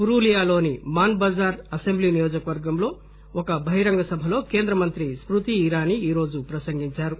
పురూలియాలోని Manbazar assembly నియోజకవర్గంలో ఒక బహిరంగ సభలో కేంద్ర మంత్రి స్కృతి ఇరానీ ఈరోజు ప్రసంగించారు